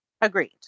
Agreed